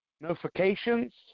notifications